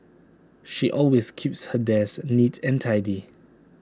she always keeps her desk neat and tidy